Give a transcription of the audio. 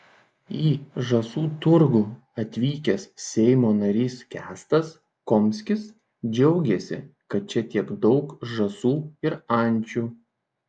į žąsų turgų atvykęs seimo narys kęstas komskis džiaugėsi kad čia tiek daug žąsų ir ančių